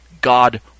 God